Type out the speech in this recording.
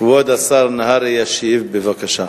כבוד השר נהרי ישיב, בבקשה.